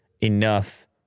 enough